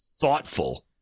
thoughtful